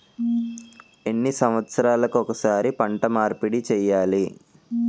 ఎన్ని సంవత్సరాలకి ఒక్కసారి పంట మార్పిడి చేయాలి?